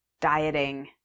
dieting